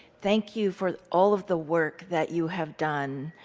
thank you for all of the work that you have done,